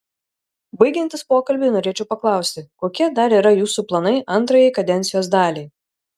baigiantis pokalbiui norėčiau paklausti kokie dar yra jūsų planai antrajai kadencijos daliai